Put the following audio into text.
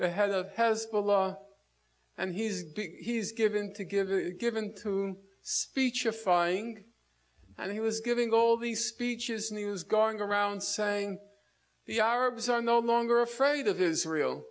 the head of hezbollah and he's big he's given to give given to speechifying and he was giving all these speeches news going around saying the arabs are no longer afraid of israel